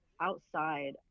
outside